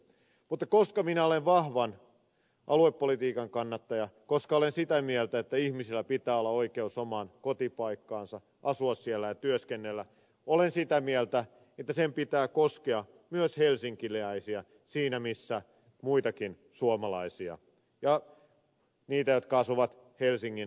mutta koska minä olen vahvan aluepolitiikan kannattaja olen sitä mieltä että ihmisillä pitää olla oikeus omaan kotipaikkaansa asua siellä ja työskennellä olen sitä mieltä että sen pitää koskea myös helsinkiläisiä siinä missä muitakin suomalaisia ja niitä jotka asuvat helsingin alueella